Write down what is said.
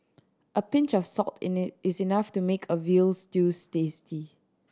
a pinch of salt is enough to make a veal stews tasty